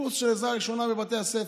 קורס של עזרה ראשונה בבתי הספר.